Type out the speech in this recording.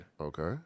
Okay